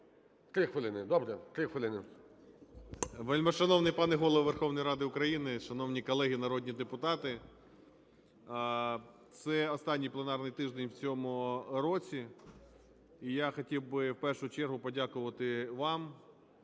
3 хвилини, добре, 3 хвилини.